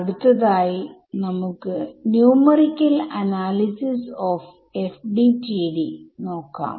വേറൊരു തരത്തിൽ പറഞ്ഞാൽ എന്ത് ആണ് എനിക്ക് കിട്ടുക